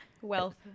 Wealth